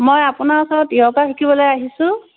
মই আপোনাৰ ওচৰত য়োগা শিকিবলৈ আহিছোঁ